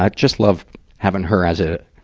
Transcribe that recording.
like just love having her as a,